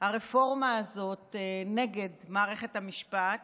הרפורמה הזאת נגד מערכת המשפט